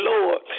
Lord